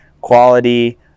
quality